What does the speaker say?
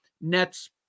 nets